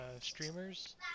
streamers